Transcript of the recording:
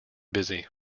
busy